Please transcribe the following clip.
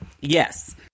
Yes